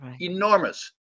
enormous